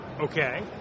Okay